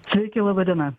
sveiki laba diena